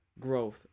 growth